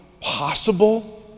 possible